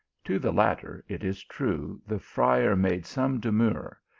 to the latter, it is true, the friar made some demur,